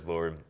Lord